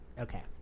Okay